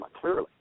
clearly